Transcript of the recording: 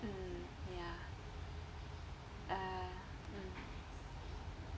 mm ya uh mm